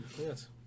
Yes